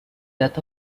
death